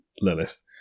lilith